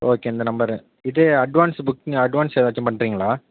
okay இந்த number இது advance booking advance எதாச்சும் பண்ணுறிங்களா